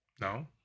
No